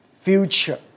future